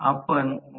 272 kilowatt